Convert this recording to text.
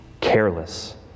careless